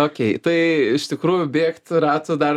okei tai iš tikrųjų bėgt ratų dar